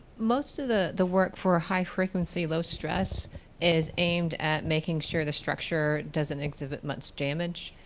most of the the work for ah high-frequency, low-stress is aimed at making sure the structure doesn't exhibit much damage.